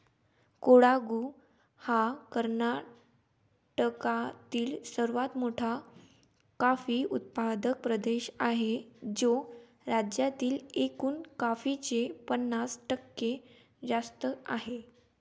कोडागु हा कर्नाटकातील सर्वात मोठा कॉफी उत्पादक प्रदेश आहे, जो राज्यातील एकूण कॉफीचे पन्नास टक्के जास्त आहे